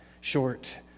short